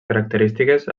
característiques